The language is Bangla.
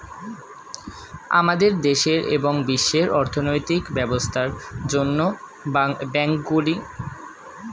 আমাদের দেশের এবং বিশ্বের অর্থনৈতিক ব্যবস্থার জন্য ব্যাংকগুলি গুরুত্বপূর্ণ